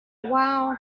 while